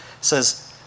says